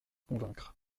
convaincre